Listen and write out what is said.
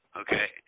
okay